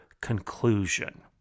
conclusion